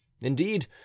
indeed